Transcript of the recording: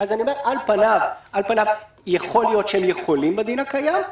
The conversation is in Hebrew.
על פניו, יכול להיות שהם יכולים בדין הקיים,